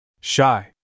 Shy